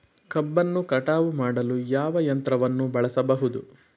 ಕಬ್ಬನ್ನು ಕಟಾವು ಮಾಡಲು ಯಾವ ಯಂತ್ರವನ್ನು ಬಳಸಬಹುದು?